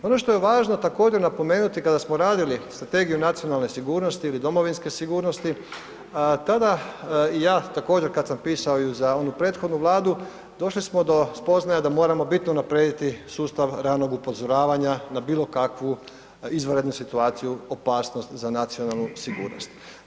Ono što je važno također napomenuti kada smo radili strategiju nacionalne sigurnosti ili domovinske sigurnosti, tada i ja također kad sam pisao i za onu prethodnu Vladu, došli smo do spoznaje da moramo bitno unaprijediti sustav ranog upozoravanja na bilo kakvu izvanrednu situaciju, opasnost za nacionalnu sigurnost.